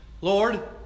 Lord